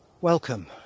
Welcome